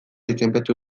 izenpetu